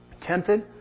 tempted